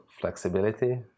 flexibility